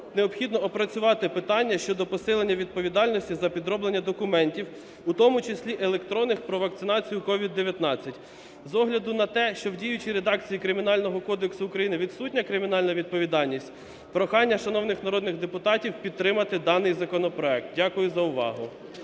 необхідно опрацювати питання щодо посилення відповідальності за підроблення документів, у тому числі електронних про вакцинацію COVID-19. З огляду на те, що в діючій редакції Кримінального кодексу України відсутня кримінальна відповідальність, прохання до шановних народних депутатів підтримати даний законопроект. Дякую за увагу.